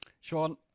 Sean